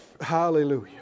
Hallelujah